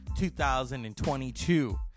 2022